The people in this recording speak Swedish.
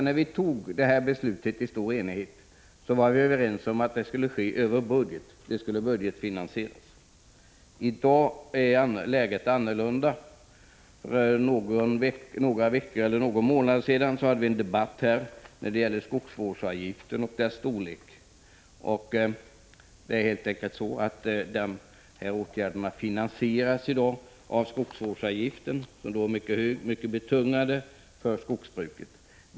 När vi tog beslutet i stor enighet var vi överens om att finansieringen skulle ske över budgeten. I dag är läget ett annat. För några veckor eller någon månad sedan = Prot. 1985/86:118 hade vi en debatt om skogsvårdsavgiften och dess storlek. Den här åtgärden — 16 april 1986 finansieras i dag av skogsvårdsavgiften, som är mycket betungande för Josdbraksdenara RN skogsbruket.